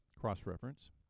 cross-reference